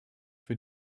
für